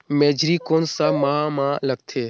मेझरी कोन सा माह मां लगथे